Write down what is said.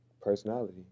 Personality